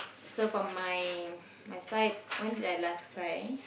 so from my my side when did I last cry